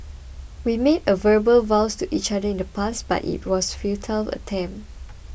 we made a verbal vows to each other in the past but it was futile attempt